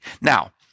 Now